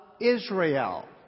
Israel